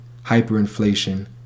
hyperinflation